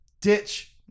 ditch